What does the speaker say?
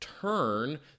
turn